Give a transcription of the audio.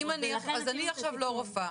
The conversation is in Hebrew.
האם הגבלה מסוימת נכונה או לא נכונה,